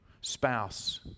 spouse